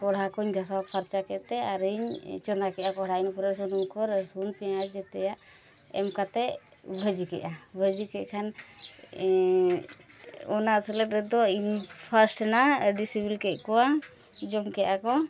ᱠᱚᱲᱦᱟ ᱠᱚᱧ ᱜᱷᱟᱥᱟᱣ ᱯᱷᱟᱨᱪᱟ ᱠᱮᱫᱼᱛᱮ ᱟᱹᱨᱤᱧ ᱪᱚᱸᱫᱟ ᱠᱮᱜᱼᱟ ᱠᱚᱲᱦᱟ ᱤᱱᱟᱹ ᱯᱚᱨᱮ ᱥᱩᱱᱩᱢ ᱠᱚ ᱨᱟᱹᱥᱩᱱ ᱯᱮᱸᱭᱟᱡᱽ ᱡᱚᱛᱚᱣᱟᱜ ᱮᱢ ᱠᱟᱛᱮᱫ ᱵᱷᱟᱹᱡᱤ ᱠᱮᱜᱼᱟ ᱵᱷᱟᱹᱡᱤ ᱠᱮᱫ ᱠᱷᱟᱱ ᱤᱧ ᱚᱱᱟ ᱥᱮᱞᱮᱫ ᱨᱮᱫᱚ ᱤᱧ ᱯᱷᱟᱥᱴ ᱮᱱᱟ ᱟᱹᱰᱤ ᱥᱤᱵᱤᱞ ᱠᱮᱫ ᱠᱚᱣᱟ ᱡᱚᱢ ᱠᱮᱫᱟ ᱠᱚ